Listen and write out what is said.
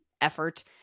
effort